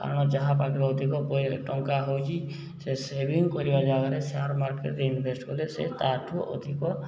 କାରଣ ଯାହା ପାଖରେ ଅଧିକ ଟଙ୍କା ହେଉଛି ସେ ସେଭିଙ୍ଗ କରିବା ଜାଗାରେ ସେୟାର ମାର୍କେଟରେ ଇନଭେଷ୍ଟ କଲେ ସେ ତା'ଠୁ ଅଧିକ